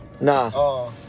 Nah